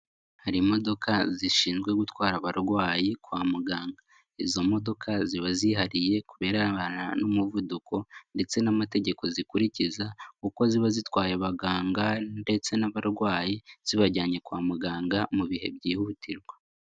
Hari imodoka zishinzwe gutwara abarwayi kwa muganga, izo modoka ziba zihariye ku birebana n'umuvuduko ndetse n'amategeko zikurikiza kuko ziba zitwaye abaganga ndetse n'abarwayi zibajyanye kwa muganga mu bihe byihutirwa.